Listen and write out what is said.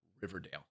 Riverdale